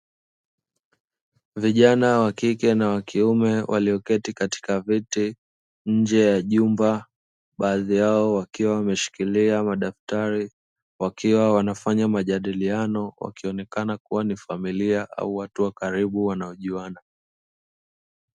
Vijana wakike na wakiume wameketi katika viti nje ya jumba, baadhi yao wameshika madaftari wakiwa wanafanya majadiliano. Wakionekana kuwa ni familia au watu wa karibu wanaojuana.